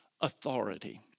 authority